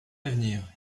d’avenir